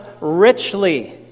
richly